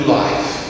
life